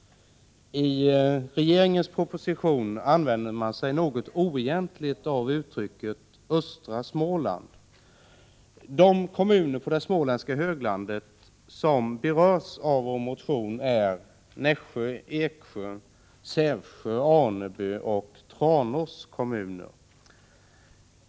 I regeringens proposition använder man sig något oegentligt av uttrycket östra Småland. De kommuner på det småländska höglandet som berörs av vår motion är Nässjö, Vetlanda, Eksjö, Sävsjö, Aneby och Tranås kommuner.